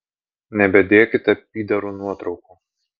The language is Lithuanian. nebedėkite pyderų nuotraukų